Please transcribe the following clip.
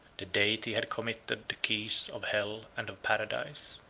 the deity had committed keys of hell and of paradise.